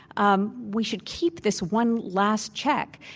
um we should keep this one last check.